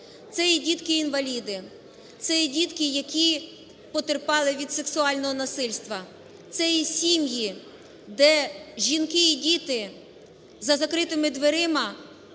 Це є дітки-інваліди, це є дітки, які потерпали від сексуального насильства, це і сім'ї, де жінки і діти за закритими дверима